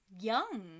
young